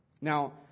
Now